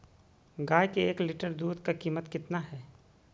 गाय के एक लीटर दूध का कीमत कितना है?